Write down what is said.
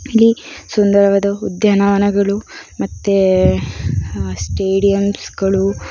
ಇಲ್ಲಿ ಸುಂದರವಾದ ಉದ್ಯಾನವನಗಳು ಮತ್ತು ಸ್ಟೇಡಿಯಮ್ಸ್ಗಳು